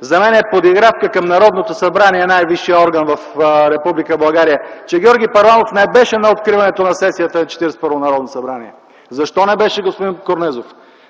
за мен е подигравка към Народното събрание – най-висшия орган в Република България, че Георги Първанов не беше на откриването на сесията на Четиридесет и първото Народно събрание. Защо не беше, господин Корнезов?